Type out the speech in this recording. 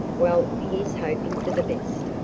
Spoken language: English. well, here's hoping for the best.